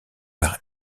par